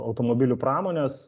automobilių pramonės